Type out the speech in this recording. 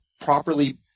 properly